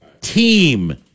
Team